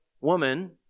woman